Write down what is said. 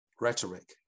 rhetoric